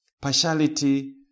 Partiality